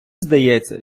здається